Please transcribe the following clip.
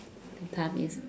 the time is